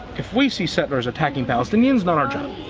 if we see settlers attacking palastinians? not our job!